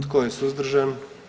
Tko je suzdržan?